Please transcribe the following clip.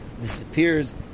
disappears